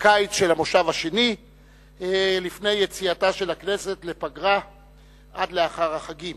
הקיץ של המושב השני לפני יציאתה של הכנסת לפגרה עד לאחר החגים.